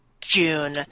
June